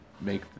make